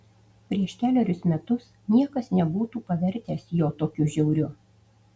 prieš kelerius metus niekas nebūtų pavertęs jo tokiu žiauriu